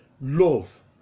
love